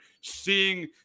seeing